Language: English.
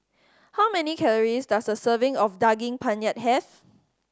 how many calories does a serving of Daging Penyet have